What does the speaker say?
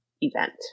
event